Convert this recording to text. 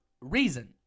reason